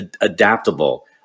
adaptable